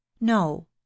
No